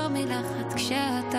שולחן הכנסת,